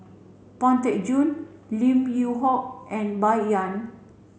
Pang Teck Joon Lim Yew Hock and Bai Yan